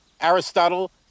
Aristotle